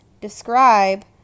describe